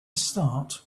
start